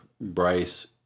Bryce